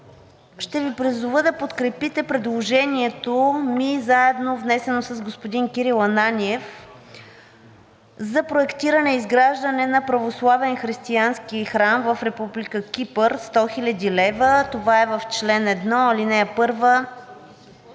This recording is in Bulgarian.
ще Ви призова да подкрепите предложението ми, внесено заедно с господин Кирил Ананиев, за проектиране и изграждане на православен християнски храм в Република Кипър – 100 хил. лв. Това е в чл. 1, ал.